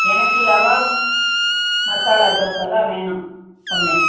எனக்கு ரவை மசாலா தோசை தான் வேணும் ஒன்று